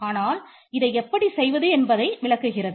ஆனால் இதை எப்படி செய்வது என்பதை விளக்குகிறது